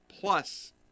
plus